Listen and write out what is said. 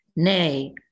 Nay